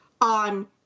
on